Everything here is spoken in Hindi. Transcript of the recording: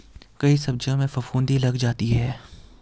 कई सब्जियों में फफूंदी लग जाता है